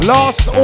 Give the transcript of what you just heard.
Last